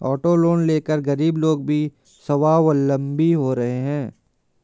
auto loan लेकर गरीब लोग भी स्वावलम्बी हो रहे हैं